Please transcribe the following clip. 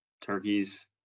turkeys